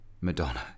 Madonna